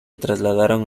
trasladaron